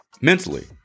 mentally